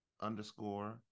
underscore